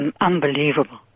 Unbelievable